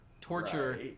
Torture